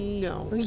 No